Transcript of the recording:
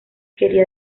quería